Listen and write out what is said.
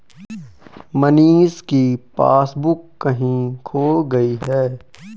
मनीष की पासबुक कहीं खो गई है